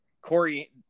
Corey